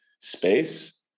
space